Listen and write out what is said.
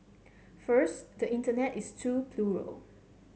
first the Internet is too plural